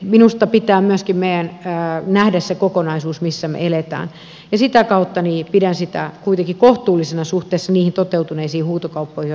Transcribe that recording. minusta meidän pitää myöskin nähdä se kokonaisuus missä me elämme ja sitä kautta pidän sitä kuitenkin kohtuullisena suhteessa niihin toteutuneisiin huutokauppoihin joita maailmalla on järjestetty